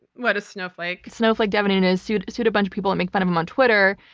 what a snowflake. snowflake devin nunes sued sued a bunch of people that make fun of him on twitter,